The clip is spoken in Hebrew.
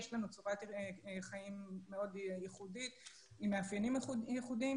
יש לנו צורת חיים מאוד ייחודית עם מאפיינים ייחודיים,